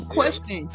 question